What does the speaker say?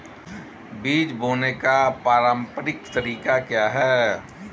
बीज बोने का पारंपरिक तरीका क्या है?